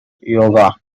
yoga